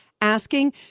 asking